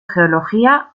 geología